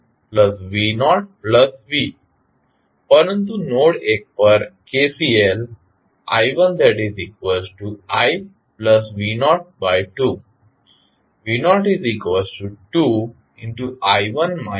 vsi1v0v પરંતુ નોડ 1 પર KCL i1iv02 v02 આપશે